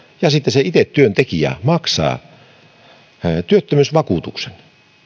ja sitten se itse työntekijä työttömyysvakuutuksen